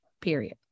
period